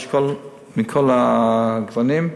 יש מכל הגוונים,